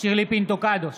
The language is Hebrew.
שירלי פינטו קדוש,